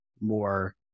more